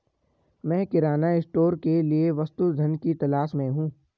मैं किराना स्टोर के लिए वस्तु धन की तलाश में हूं